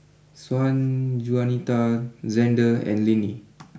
Sanjuanita Zander and Linnie